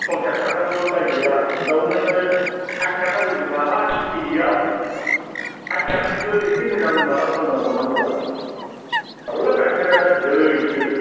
पन्सास थाखाबाबो बायजाया बेयावनो नोङो साथि थाखा गोजो लाबाय के जिआव साथि थाखानिबो इसे मोजां खालामनांगौ हरनांगौब्रा थाल्ला गाइखेरानो दैसो